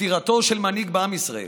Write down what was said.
פטירתו של מנהיג בעם ישראל